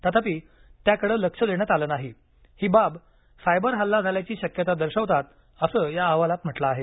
तथापि त्याकडे लक्ष देण्यात आले नाही ही बाब सायबर हल्ला झाल्याची शक्यता दर्शवतात असं या अहवालात म्हटलं आहे